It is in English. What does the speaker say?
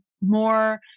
More